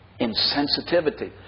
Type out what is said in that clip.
Insensitivity